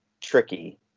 tricky